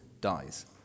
dies